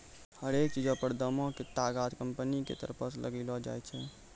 हरेक चीजो पर दामो के तागा कंपनी के तरफो से लगैलो जाय छै